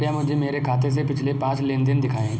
कृपया मुझे मेरे खाते से पिछले पाँच लेन देन दिखाएं